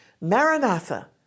Maranatha